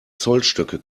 zollstöcke